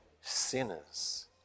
sinners